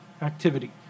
activity